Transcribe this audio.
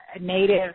native